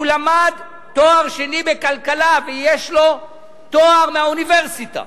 הוא למד תואר שני בכלכלה ויש לו תואר מהאוניברסיטה,